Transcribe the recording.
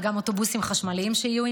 וגם אוטובוסים חשמליים שיהיו,